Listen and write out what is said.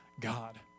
God